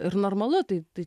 ir normalu tai tai